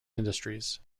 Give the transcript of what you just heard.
industries